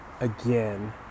again